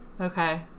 okay